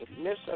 Miss